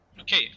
Okay